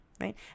right